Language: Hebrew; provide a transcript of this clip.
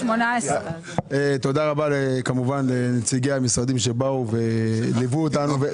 תודה רבה כמובן לנציגי המשרדים שבאו וליוו אותנו.